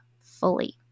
fully